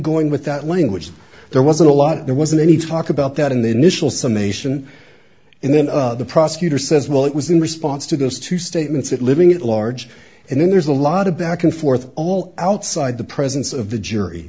going with that language there wasn't a lot there wasn't any talk about that in the initial summation and then the prosecutor says well it was in response to those two statements it living at large and then there's a lot of back and forth all outside the presence of the jury